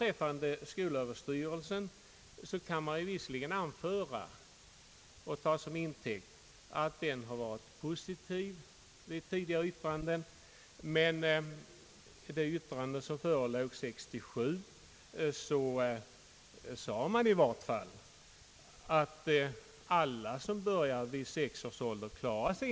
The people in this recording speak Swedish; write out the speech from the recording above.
Vad skolöverstyrelsen beträffar kan man visserligen anföra att den har varit positiv i ett tidigare yttrande, men i det yttrande som förelåg 1967 sades i varje fall att inte alla som börjar i sexårsåldern klarar sig.